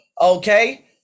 okay